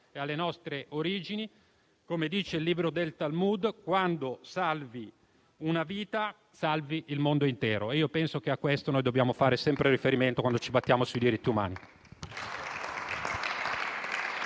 e alle nostre origini, che, come scritto nel Talmud, «Chi salva una vita salva il mondo intero». Penso che a questo dobbiamo fare sempre riferimento quando ci battiamo per i diritti umani.